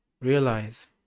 realize